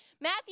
Matthew